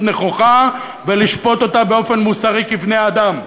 נכוחה ולשפוט אותה באופן מוסרי כבני-אדם,